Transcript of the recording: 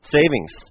Savings